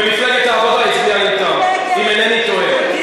ומפלגת העבודה הצביעה בעד, אם אינני טועה.